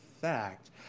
fact